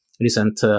recent